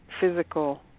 physical